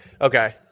Okay